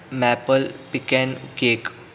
maple pecan cake